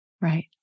Right